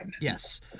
Yes